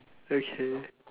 okay